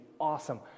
awesome